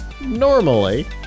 normally